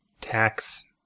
Tax